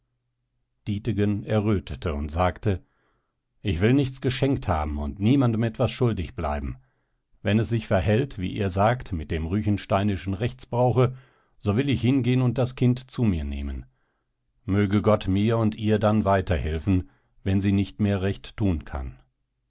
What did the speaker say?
dietegen errötete und sagte ich will nichts geschenkt haben und niemandem etwas schuldig bleiben wenn es sich verhält wie ihr sagt mit dem ruechensteinischen rechtsbrauche so will ich hingehen und das kind zu mir nehmen möge gott mir und ihr dann weiter helfen wenn sie nicht mehr recht tun kann